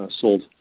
sold